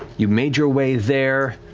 you made your way there,